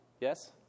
Yes